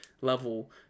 level